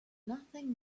nothing